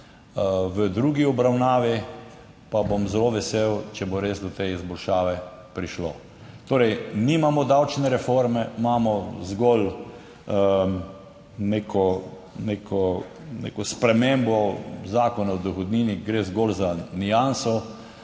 V drugi obravnavi pa bom zelo vesel, če bo res do te izboljšave prišlo. Torej, nimamo davčne reforme, imamo zgolj neko spremembo Zakona o dohodnini, gre zgolj za nianso.